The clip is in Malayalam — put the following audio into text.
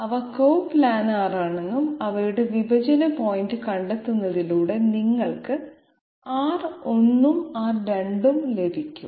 അവ കോപ്ലാനറാണെന്നും അവയുടെ വിഭജന പോയിന്റ് കണ്ടെത്തുന്നതിലൂടെ നിങ്ങൾക്ക് R1 ഉം R2 ഉം ലഭിക്കും